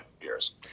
years